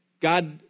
God